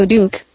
Duke